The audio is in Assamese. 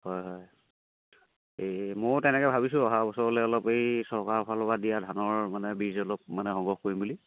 হয় হয় এই ময়ো তেনেকৈ ভাবিছোঁ অহা বছৰলৈ অলপ এই চৰকাৰৰ ফালৰ পৰা দিয়া ধানৰ মানে বীজ অলপ মানে সংগ্ৰহ কৰি মেলি